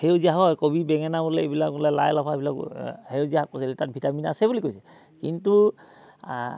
সেউজীয়া হয় কবি বেঙেনা ওলায় এইবিলাক ওলায় লাই লফা এইবিলাক সেউজীয়া শাক পাচলি তাত ভিটামিন আছে বুলি কৈছে কিন্তু